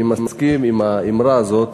אני מסכים עם האמירה הזאת,